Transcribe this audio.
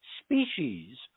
species